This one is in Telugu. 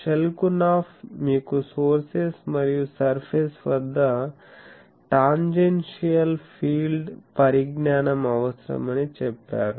షెల్కునాఫ్ మీకు సోర్సెస్ మరియు సర్ఫేస్ వద్ద టాన్జెన్సియల్ ఫీల్డ్స్ పరిజ్ఞానం అవసరమని చెప్పారు